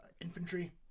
infantry